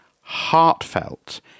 heartfelt